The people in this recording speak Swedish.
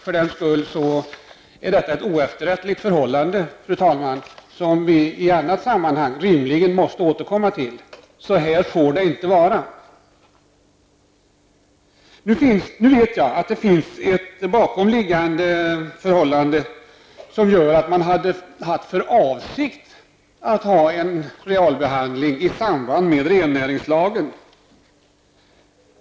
För den skull är detta ett oefterrättligt förhållande som vi i annat sammanhang rimligen måste återkomma till. Så här får det inte vara. Nu vet jag att det finns ett bakomliggande förhållande, som gör att man hade haft för avsikt att ha en real behandling i samband med rennäringslagen.